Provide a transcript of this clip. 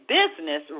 business